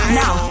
now